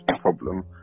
problem